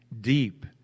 deep